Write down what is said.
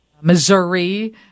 Missouri